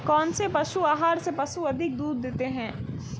कौनसे पशु आहार से पशु अधिक दूध देते हैं?